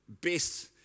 best